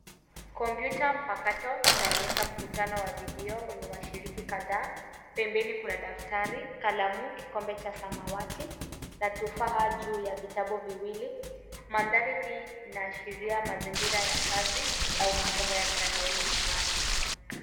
Kompyuta mpakato inaonyesha mkutano wa video wenye washiriki kadhaa. Pembeni kuna daftari, kalamu, kikombe cha samawati na tufaha juu ya vitabu viwili. Mandhari hii inaashiria mazingira ya kazi au masomo ya mtandaoni nyumbani.